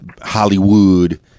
hollywood